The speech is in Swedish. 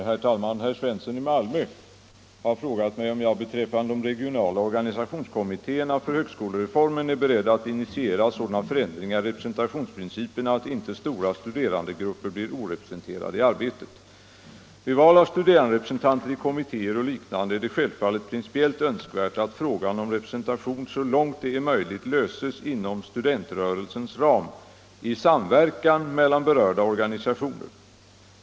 Herr talman! Herr Svensson i Malmö har frågat mig om jag beträffande de regionala organisationskommittéerna för högskolereformen är beredd att initiera sådana förändringar i representationsprinciperna att inte stora studerandegrupper blir orepresenterade i arbetet. Vid val av studeranderepresentanter i kommittéer och liknande är det självfallet principiellt önskvärt att frågan om representation så långt det är möjligt löses inom ”studentrörelsens” ram i samverkan mellan berörda organisationer.